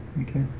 Okay